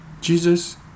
Jesus